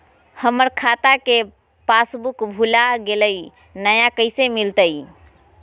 हमर खाता के पासबुक भुला गेलई, नया कैसे मिलतई?